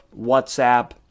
WhatsApp